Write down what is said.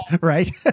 right